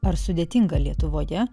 ar sudėtinga lietuvoje